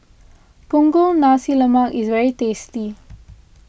Punggol Nasi Lemak is very tasty